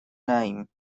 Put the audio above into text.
name